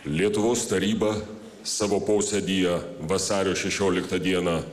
lietuvos taryba savo posėdyje vasario šešioliktą dieną